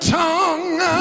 tongue